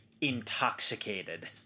intoxicated